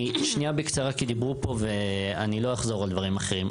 אני שניה בקצרה כי דיברו פה ואני לא אחזור על דברים אחרים,